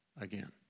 again